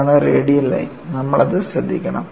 ഇതാണ് radial line നമ്മൾ അത് ശ്രദ്ധിക്കണം